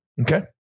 Okay